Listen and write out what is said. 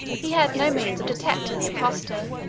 he had no means of detecting the imposture,